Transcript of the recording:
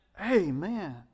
Amen